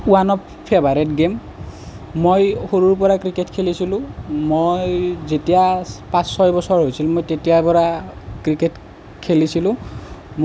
one of favourite game মই সৰুৰ পৰা ক্ৰিকেট খেলিছিলোঁ মই যেতিয়া পাঁচ ছয় বছৰ হৈছিল মোৰ তেতিয়াৰ পৰা ক্ৰিকেট খেলিছিলোঁ